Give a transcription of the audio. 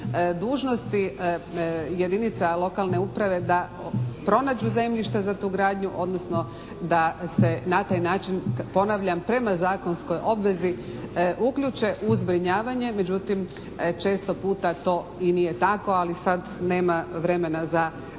dužnosti jedinica lokalne uprave da pronađu zemljišta za tu gradnju, odnosno da se na taj način ponavljam prema zakonskoj obvezi uključe u zbrinjavanje. Međutim, često puta to i nije tako, ali sad nema vremena za širu